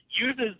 Uses